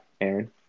Aaron